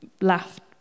laughed